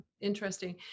interesting